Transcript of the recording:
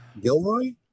Gilroy